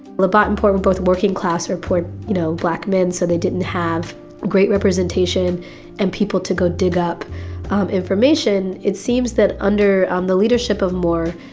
labat and poret were both working class or poor, you know, black men so they didn't have great representation and people to go dig up information. it seems that under um the leadership of moore,